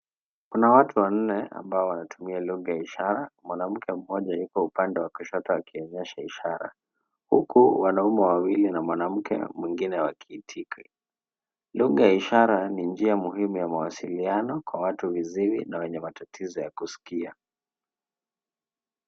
Kuna watu wanne ambao wanatumia lugha ya ishara. Mwanamke mmoja yuko upande wa kushoto akionyesha ishara, huku, wanaume wawili na mwanamke mwingine wakiitika. Lugha ya ishara ni njia muhimu ya mawasiliano kwa watu viziwi na wenye matatizo ya kuskia.